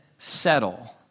settle